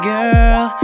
girl